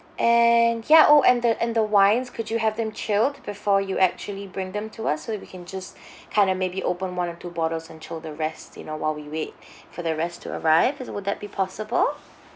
and ya oh and the and the wines could you have them chilled before you actually bring them to us so that we can just kind of maybe open one or two bottles until the rest you know while we wait for the rest to arrive is would that be possible